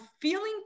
feeling